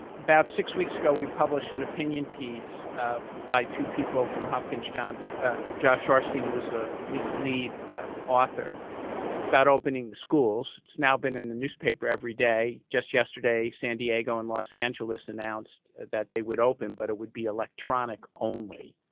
about six weeks ago we published an opinion piece by two people from hopkins, john josh sharfstein was ah the lead author about opening the schools. it's now been in the newspaper every day. just yesterday san diego and los angeles announced that they would open, but it would be electronic only.